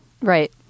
Right